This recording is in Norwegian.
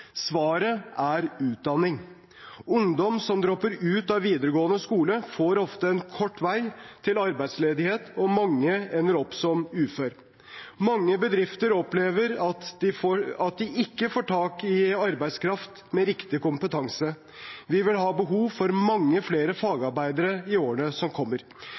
Svaret er utdanning. Ungdom som dropper ut av videregående skole, får ofte en kort vei til arbeidsledighet, og mange ender opp som ufør. Mange bedrifter opplever at de ikke får tak i arbeidskraft med riktig kompetanse. Vi vil ha behov for mange flere fagarbeidere i årene som kommer.